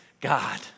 God